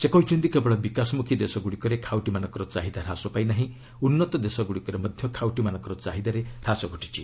ସେ କହିଛନ୍ତି କେବଳ ବିକାଶମ୍ରଖୀ ଦେଶଗ୍ରଡ଼ିକରେ ଖାଉଟିମାନଙ୍କର ଚାହିଦା ହ୍ରାସ ପାଇନାହିଁ ଉନ୍ନତ ଦେଶଗୁଡ଼ିକରେ ମଧ୍ୟ ଖାଉଟିମାନଙ୍କର ଚାହିଦାରେ ହ୍ରାସ ଘଟିଛି